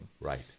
Right